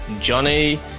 Johnny